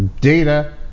data